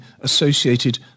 associated